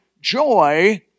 joy